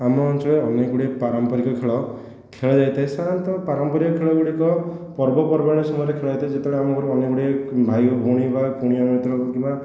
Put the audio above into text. ଆମ ଅଞ୍ଚଳର ଅନେକ ଗୁଡ଼ିଏ ପାରମ୍ପରିକ ଖେଳ ଖେଳା ଯାଇଥାଏ ସାଧାରଣତଃ ପାରମ୍ପରିକ ଖେଳଗୁଡ଼ିକ ପର୍ବପର୍ବାଣି ସମୟରେ ଖେଳା ଯାଇଥାଏ ଯେତେବେଳେ ଆମ ଘରେ ଅନେକ ଗୁଡ଼ିଏ ଭାଇ ଓ ଭଉଣୀ ବା କୁଣିଆ ମୈତ୍ର କିମ୍ବା